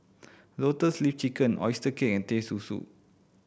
Lotus Leaf Chicken oyster cake and Teh Susu